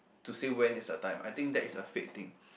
to say when is the time I think that is a fate thing